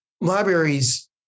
Libraries